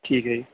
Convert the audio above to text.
ਠੀਕ ਹੈ ਜੀ